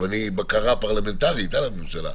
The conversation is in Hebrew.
הייתי מחכה לזה בהמשך.